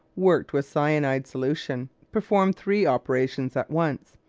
worked with cyanide solution, perform three operations at once,